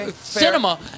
cinema